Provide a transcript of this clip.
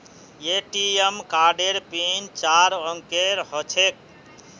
ATM कार्डेर pin चार अंकेर ह छेक